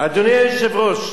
אדוני היושב-ראש.